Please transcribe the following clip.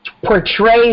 portray